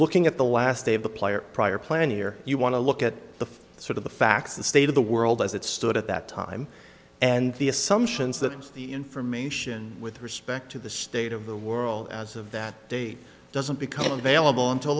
looking at the last day of the play or prior planning or you want to look at the sort of the facts the state of the world as it stood at that time and the assumptions that the information with respect to the state of the world as of that day doesn't become avail